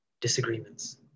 disagreements